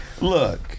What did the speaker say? Look